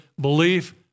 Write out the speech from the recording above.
belief